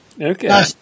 Okay